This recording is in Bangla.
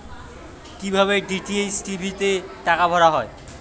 কি ভাবে ডি.টি.এইচ টি.ভি তে টাকা ভরা হয়?